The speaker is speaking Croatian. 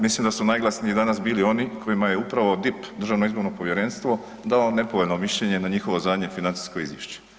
Mislim da su najglasniji danas bili oni kojima je upravo DIP Državno izborno povjerenstvo dao nepovoljno mišljenje na njihovo zadnje financijsko izvješće.